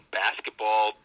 basketball